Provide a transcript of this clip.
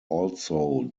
also